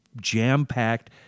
jam-packed